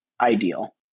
ideal